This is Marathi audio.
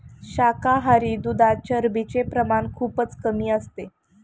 शाकाहारी दुधात चरबीचे प्रमाण खूपच कमी असते